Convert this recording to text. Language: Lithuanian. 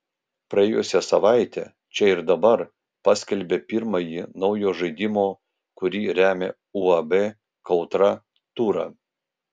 praėjusią savaitę čia ir dabar paskelbė pirmąjį naujo žaidimo kurį remia uab kautra turą